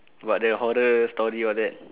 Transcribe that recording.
got the horror story all that